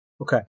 Okay